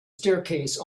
staircase